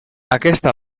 aquesta